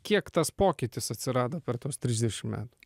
kiek tas pokytis atsirado per tuos trisdešimt metų